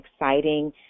exciting